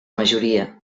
majoria